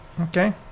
Okay